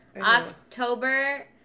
October